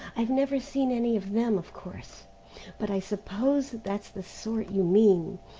i've never seen any of them, of course but i suppose that's the sort you mean.